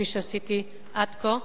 כפי שעשיתי עד כה,